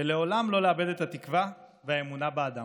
ולעולם לא לאבד את התקווה ואת האמונה באדם.